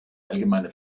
allgemeine